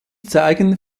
zeigen